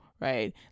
right